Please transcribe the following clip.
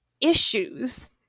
issues